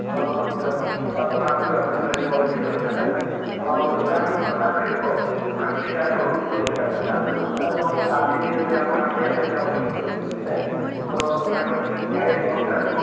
ଆଉ ଆପଣଙ୍କୁ ଯେଉଁଟା ଭଲ ଲାଗିବ ଆପଣ ଆସିବା ଆଗରୁ ଥରେ କଲ୍ ବି କରିଦେବେ ଆଉ ଆମ ଦୋକାନ ଖୋଲା ରହିବ ପାଞ୍ଚଟାରୁ ଦଶଟା ଯାଏଁ ରାତି ଦଶଟା ଏବଂ କାଲି ବି ଯଦି ଆପଣ ଆସିବା ପାଇଁ ଚାହୁଁଛନ୍ତି ବୋଲି କହିଲେ ଆମର ଦୋକାନ ସାଢ଼େ ନଅଟାରୁ